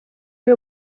que